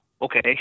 okay